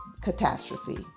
catastrophe